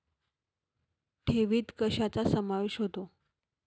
ठेवीत कशाचा समावेश होतो?